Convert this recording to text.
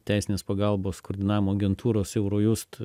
teisinės pagalbos koordinavimo agentūros eurojust